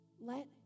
Let